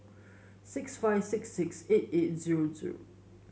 six five six six eight eight zero zero